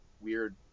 weird